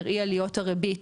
בראי עליות הריבית